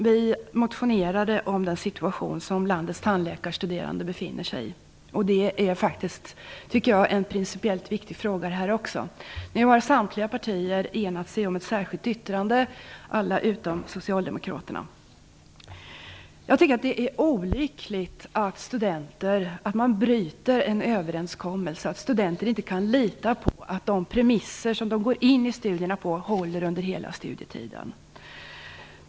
Vi har motionerat om den situation som landets tandläkarstuderande befinner sig i. Även detta är faktiskt, tycker jag, en principiellt viktig fråga. Nu har alla partier utom Socialdemokraterna enats om ett särskilt yttrande på den punkten. Jag tycker att det är olyckligt att studenter inte kan lita på att de premisser som de går in i studierna på håller under hela studietiden.